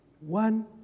one